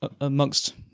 amongst